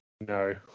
No